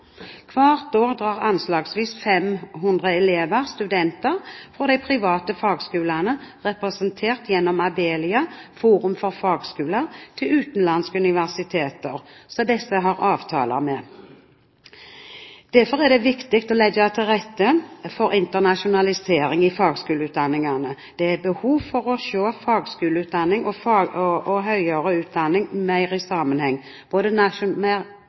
Hvert år drar anslagsvis 500 elever/studenter fra de private fagskolene, representert gjennom Forum for fagskoler, Abelia, til utenlandske universiteter som disse har avtaler med. Derfor er det viktig å legge til rette for internasjonalisering i fagskoleutdanningene. Det er behov for å se fagskoleutdanning og høyere utdanning mer i sammenheng, både nasjonalt og internasjonalt. Fremskrittspartiet har registrert at også regjeringspartienes kollegaer er